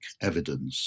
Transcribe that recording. evidence